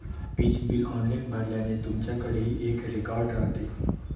वीज bill online भरल्याने, तुमच्याकडेही एक रेकॉर्ड राहते